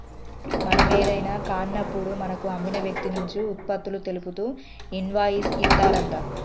మనం ఏదైనా కాన్నప్పుడు మనకు అమ్మిన వ్యక్తి నుంచి ఉత్పత్తులు తెలుపుతూ ఇన్వాయిస్ ఇత్తారంట